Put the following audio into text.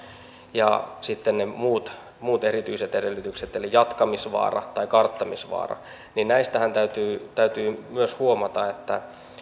ja sitten ne muut muut erityiset edellytykset eli jatkamisvaara tai karttamisvaara niin näistähän täytyy täytyy myös huomata että